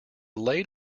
laid